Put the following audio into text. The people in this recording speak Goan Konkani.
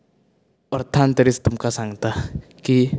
अर्थान तरी तुमाकां सांगता की